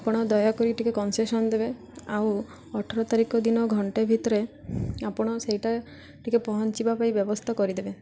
ଆପଣ ଦୟାକରି ଟିକେ କନସେସନ୍ ଦେବେ ଆଉ ଅଠର ତାରିଖ ଦିନ ଘଣ୍ଟେ ଭିତରେ ଆପଣ ସେଇଟା ଟିକେ ପହଞ୍ଚିବା ପାଇଁ ବ୍ୟବସ୍ଥା କରିଦେବେ